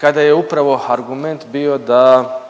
kada je upravo argument bio da